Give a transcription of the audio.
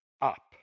up